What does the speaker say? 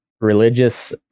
religious